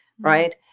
right